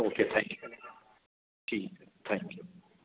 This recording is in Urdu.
اوکے تھینک یو ٹھیک ہے تھینک یو